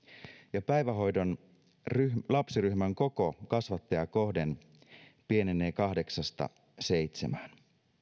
ja päivähoidon lapsiryhmän koko kasvattajaa kohden pienenee kahdeksasta seitsemään